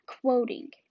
Quoting